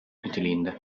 niteliğinde